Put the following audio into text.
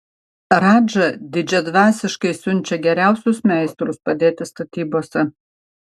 radža didžiadvasiškai siunčia geriausius meistrus padėti statybose